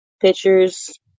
pictures